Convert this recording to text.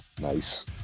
nice